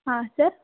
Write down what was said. ಹಾಂ ಸರ್